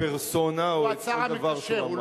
כפרסונה או כל דבר שהוא אמר.